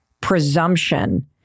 presumption